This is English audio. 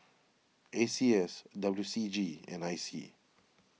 A C S W C G and I C